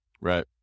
right